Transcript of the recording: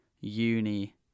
uni